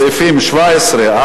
שסעיפים 17 44,